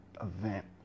event